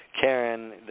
Karen